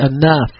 enough